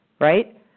right